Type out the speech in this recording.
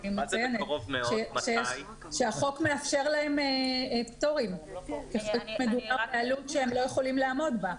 אני מציינת שהחוק מאפשר להם פטורים --- בעלות שהם לא יכולים לעמוד בה.